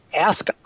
ask